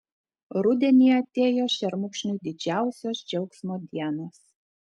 rudenį atėjo šermukšniui didžiausios džiaugsmo dienos